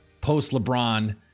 post-LeBron